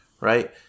right